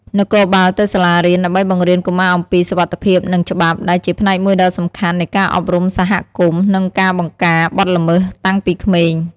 នគរបាលទៅសាលារៀន ដើម្បីបង្រៀនកុមារអំពី សុវត្ថិភាព និង ច្បាប់ ដែលជាផ្នែកមួយដ៏សំខាន់នៃការអប់រំសហគមន៍ និងការបង្ការបទល្មើសតាំងពីក្មេង។